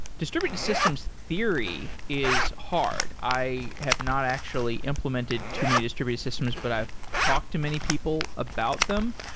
distributed systems theory is hard. i have not actually implemented to many distributed systems, but i've talked to many people about them.